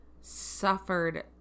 suffered